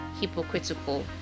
hypocritical